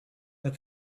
but